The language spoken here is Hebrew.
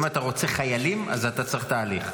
אם אתה רוצה חיילים, אז אתה צריך תהליך.